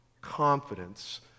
confidence